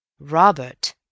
Robert